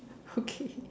okay